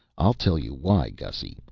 i'll tell you why, gussy.